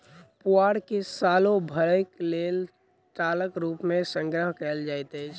पुआर के सालो भरिक लेल टालक रूप मे संग्रह कयल जाइत अछि